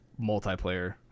multiplayer